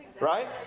Right